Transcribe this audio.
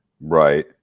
right